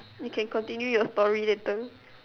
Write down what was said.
you can continue your story later